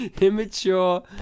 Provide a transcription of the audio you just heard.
immature